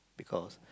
because